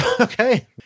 Okay